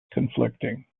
conflicting